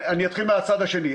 אני אתחיל מהצד השני,